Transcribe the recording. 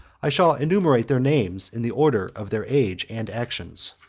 i shall enumerate their names in the order of their age and actions.